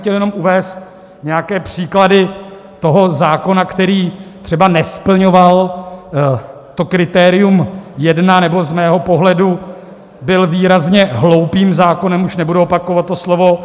Jenom jsem chtěl uvést nějaké příklady toho zákona, který třeba nesplňoval to kritérium jedna, nebo z mého pohledu byl výrazně hloupým zákonem, už nebudu opakovat to slovo.